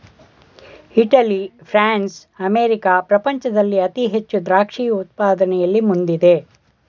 Italy, France, America ಪ್ರಪಂಚದಲ್ಲಿ ಅತಿ ಹೆಚ್ಚು ದ್ರಾಕ್ಷಿ ಉತ್ಪಾದನೆಯಲ್ಲಿ ಮುಂದಿದೆ